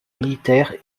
militaires